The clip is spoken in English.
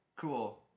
cool